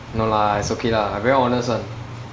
no lah it's okay lah I very honest [one]